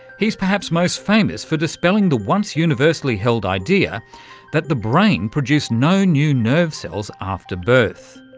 he's perhaps most famous for dispelling the once universally held idea that the brain produced no new nerve cells after birth.